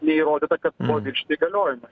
neįrodyta kad buvo viršyti įgaliojimai